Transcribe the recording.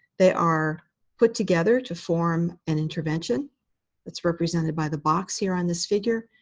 they are put together to form an intervention that's represented by the box here on this figure.